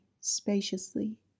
spaciously